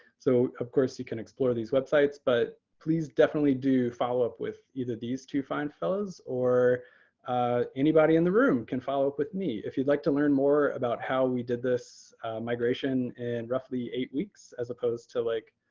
so of course, you can explore these websites, but please definitely do follow up with either of these two fine fellows or anybody in the room can follow up with me. if you'd like to learn more about how we did this migration in and roughly eight weeks as opposed to like,